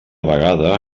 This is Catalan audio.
vegada